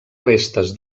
restes